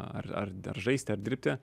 ar ar dar žaisti ar dirbti